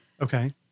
Okay